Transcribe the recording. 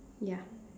ya